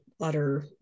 utter